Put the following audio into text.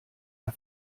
der